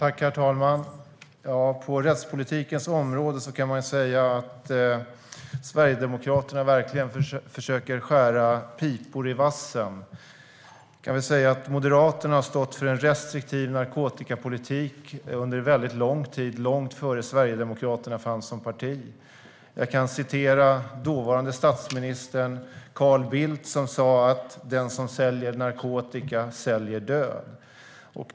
Herr talman! På rättspolitikens område kan man säga att Sverigedemokraterna verkligen försöker skära pipor i vassen. Moderaterna har stått för en restriktiv narkotikapolitik under lång tid - långt innan dess att Sverigedemokraterna fanns som parti. Jag kan citera dåvarande statsminister Carl Bildt, som sa att den som säljer narkotika säljer död.